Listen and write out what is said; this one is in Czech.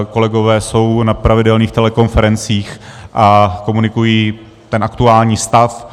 Kolegové jsou na pravidelných telekonferencích a komunikují aktuální stav.